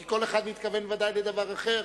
כי כל אחד מתכוון ודאי לדבר אחר.